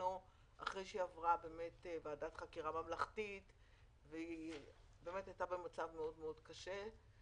אחרי שהיא עברה ועדת חקירה ממלכתית והיא הייתה במצב מאוד מאוד קשה.